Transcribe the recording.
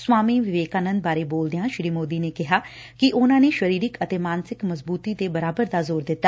ਸਵਾਮੀ ਵਿਵੇਕਾੰਦ ਬਾਰੇ ਬੋਲਦਿਆਂ ਸ੍ਰੀ ਸੋਦੀ ਨੇ ਕਿਹਾ ਕਿ ਉਨਾਂ ਨੇ ਸ਼ਰੀਰਕ ਅਤੇ ਮਾਨਸਿਕ ਮਜ਼ਬੂਤੀ ਤੇ ਬਰਾਬਰ ਦਾ ਜ਼ੋਰ ਦਿੱਤਾ